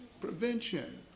Prevention